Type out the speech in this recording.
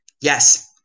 yes